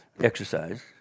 exercise